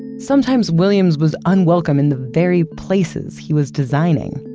sometimes, williams was unwelcome in the very places he was designing,